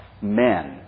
Men